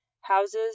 Houses